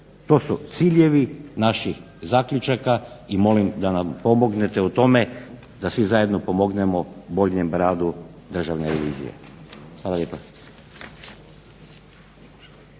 To su ciljevi naših zaključaka i molim da nam pomognete u tome da svi zajedno pomognemo boljem radu Državne revizije. Hvala lijepa.